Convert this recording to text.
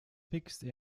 mixed